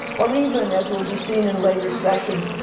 or even as will be seen in later sessions,